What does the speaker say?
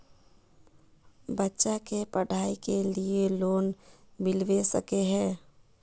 बच्चा के पढाई के लिए लोन मिलबे सके है?